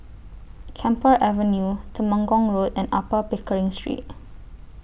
Camphor Avenue Temenggong Road and Upper Pickering Street